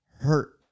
hurt